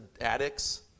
addicts